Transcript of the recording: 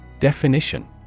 Definition